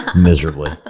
miserably